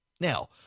Now